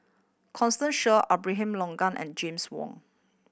Constance Sheare Abraham Logan and James Wong